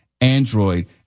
Android